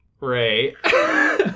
Ray